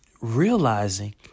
realizing